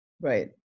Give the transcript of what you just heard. Right